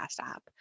app